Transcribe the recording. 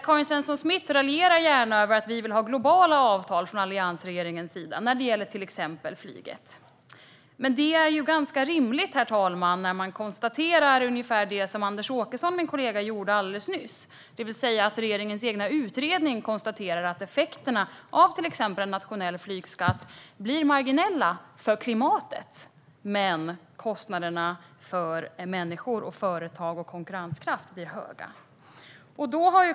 Karin Svensson Smith raljerar gärna över att vi från allianspartiernas sida vill ha globala avtal när det gäller till exempel flyget. Men det är ju ganska rimligt, herr talman, när man konstaterar ungefär det som min kollega Anders Åkesson gjorde alldeles nyss, det vill säga att regeringens egen utredning konstaterar att effekterna av till exempel en nationell flygskatt blir marginella för klimatet men att kostnaderna för människor, företag och konkurrenskraft blir höga.